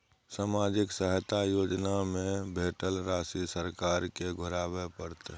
सामाजिक सहायता योजना में भेटल राशि सरकार के घुराबै परतै?